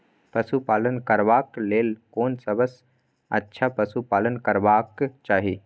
पशु पालन करबाक लेल कोन सबसँ अच्छा पशु पालन करबाक चाही?